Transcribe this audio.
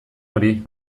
hori